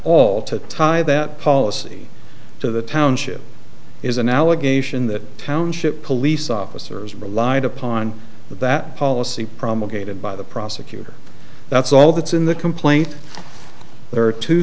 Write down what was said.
all to tie that policy to the township is an allegation that township police officers relied upon that policy promulgated by the prosecutor that's all that's in the complaint there are t